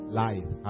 life